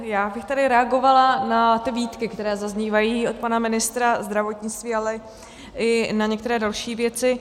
Já bych reagovala na výtky, které zaznívají od pana ministra zdravotnictví, ale i na některé další věci.